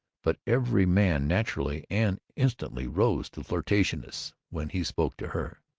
but every man naturally and instantly rose to flirtatiousness when he spoke to her,